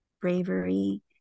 bravery